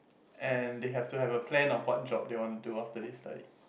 and they have to have a plan of what job they want to do after they study